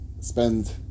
spend